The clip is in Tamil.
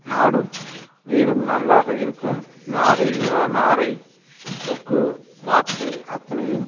நாடும் வீடும் நல்லாக இருக்கும் நாரை நாரை கொக்கு வாத்து அத்தனையும்